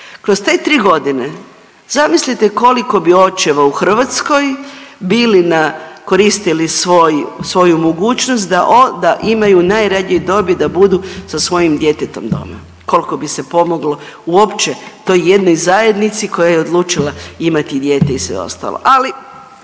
Kroz te 3 godine, zamislite koliko bi očeva u Hrvatskoj bili na, koristili svoju mogućnost da imaju od najranije dobi, da budu sa svojim djetetom doma. Koliko bi se pomoglo uopće toj jednoj zajednici koja je odlučila imati dijete i sve ostalo.